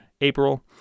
April